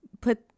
put